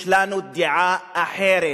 יש לנו דעה אחרת,